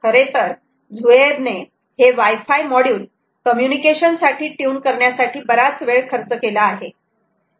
खरेतर झूहैब ने हे वाय फाय मॉड्यूल कम्युनिकेशन साठी ट्यून करण्यासाठी बराच वेळ खर्च केला आहे